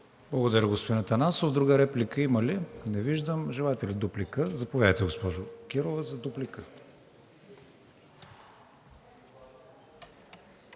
Благодаря, господин Атанасов. Друга реплика има ли? Не виждам. Желаете ли дуплика? Заповядайте, госпожо Кирова, за дуплика.